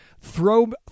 throw